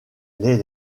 les